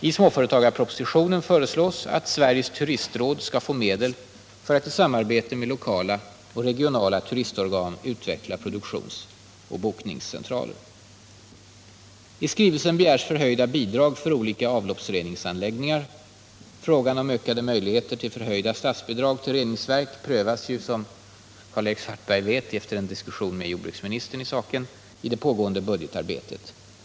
I småföretagarpropositionen föreslås att Sveriges turistråd skall få medel för att i samarbete med lokala och regionala turistorgan utveckla produktionsoch bokningscentraler. I skrivelsen begärs höjning av bidragen för olika avloppsreningsanläggningar. Frågan om ökade möjligheter till höjning av statsbidragen till reningsverk prövas, som Karl-Erik Svartberg vet efter en diskussion med jordbruksministern i saken, i det pågående budgetarbetet.